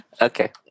Okay